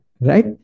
Right